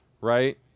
right